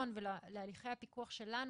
ולהליכי הפיקוח שלנו,